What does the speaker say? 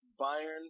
Bayern